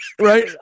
right